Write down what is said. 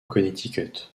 connecticut